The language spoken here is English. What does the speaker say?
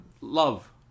love